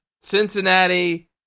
Cincinnati